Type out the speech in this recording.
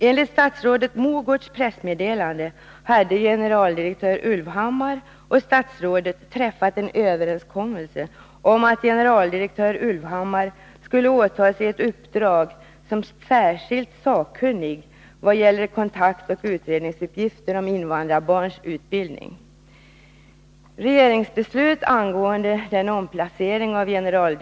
Enligt statsrådet Mogårds pressmeddelande hade generaldirektör Ulvhammar och statsrådet träffat en överenskommelse om att generaldirektör Ulvhammar skulle åta sig ett uppdrag som särskilt sakkunnig vad gäller kontaktoch utredningsuppgifter om invandrarbarns utbildning.